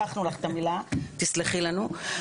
לקחנו לך את המילה, תסלחי לנו.